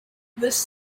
this